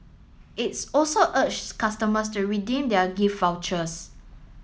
it's also urged customers to redeem their gift vouchers